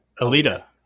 Alita